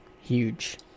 Huge